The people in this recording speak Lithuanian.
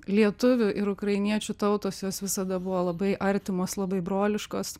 lietuvių ir ukrainiečių tautos jos visada buvo labai artimos labai broliškos